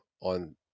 on